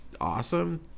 awesome